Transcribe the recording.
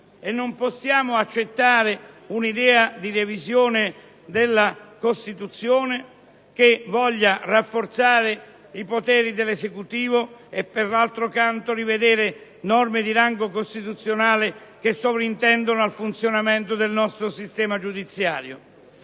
e non possiamo accettare un'idea di revisione della Costituzione che voglia, da un lato, rafforzare i poteri dell'Esecutivo e, dall'altro, rivedere norme di «rango costituzionale che sovrintendono al funzionamento del nostro sistema giudiziario».